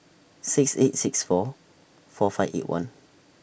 six eight six four four five eight one